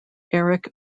eric